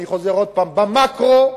אני חוזר שוב: במקרו,